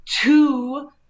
two